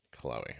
Chloe